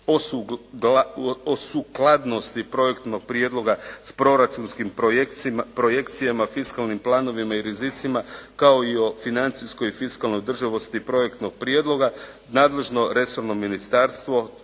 o sukladnosti projektnog prijedloga s proračunskim projekcijama, fiskalnim planovima i rizicima kao i o financijskoj i fiskalnoj održivosti projektnog prijedloga. Nadležno resorno ministarstvo,